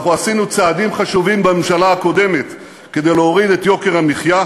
עשינו צעדים חשובים בממשלה הקודמת כדי להוריד את יוקר המחיה,